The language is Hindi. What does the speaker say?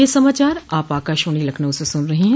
ब्रे क यह समाचार आप आकाशवाणी लखनऊ से सुन रहे हैं